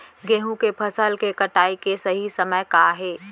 गेहूँ के फसल के कटाई के सही समय का हे?